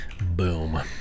Boom